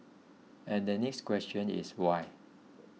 and the next question is why